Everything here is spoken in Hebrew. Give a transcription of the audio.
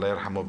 אללה ירחמו,